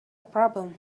problem